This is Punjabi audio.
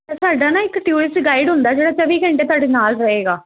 ਸਾਡਾ ਨਾ ਇੱਕ ਟੂਰਿਸਟ ਗਾਈਡ ਹੁੰਦਾ ਜਿਹੜਾ ਚੌਵੀ ਘੰਟੇ ਤੁਹਾਡੇ ਨਾਲ ਰਹੇਗਾ